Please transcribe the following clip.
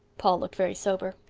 paul looked very sober.